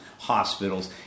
hospitals